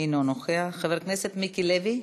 אינו נוכח, חבר הכנסת מיקי לוי,